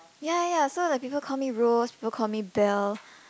ya ya so the people call me Rose people call me Belle